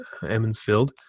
Emmonsfield